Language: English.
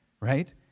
right